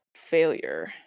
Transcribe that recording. Failure